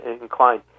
inclined